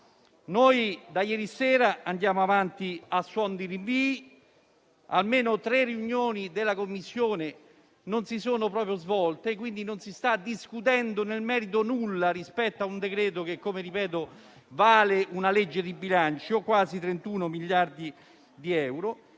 Da ieri sera andiamo avanti a suon di rinvii: almeno tre riunioni della Commissione non si sono proprio svolte. Quindi non si sta discutendo nulla nel merito di a un decreto-legge che, come ripeto, vale una legge di bilancio (quasi 31 miliardi di euro).